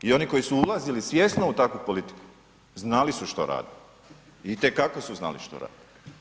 I oni koji su ulazili svjesno u takvu politiku znali su što rade, itekako su znali što rade.